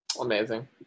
Amazing